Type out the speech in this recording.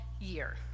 Year